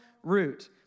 root